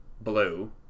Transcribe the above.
Blue